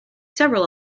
several